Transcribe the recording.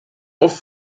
oft